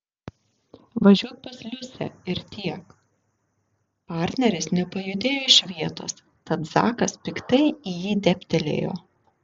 važiuok pas liusę ir tiek partneris nepajudėjo iš vietos tad zakas piktai į jį dėbtelėjo